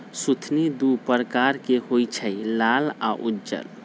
सुथनि दू परकार के होई छै लाल आ उज्जर